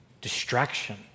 Distraction